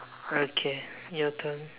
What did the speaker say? okay your turn